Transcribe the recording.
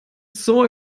zoo